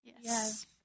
Yes